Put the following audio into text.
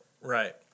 Right